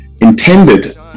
intended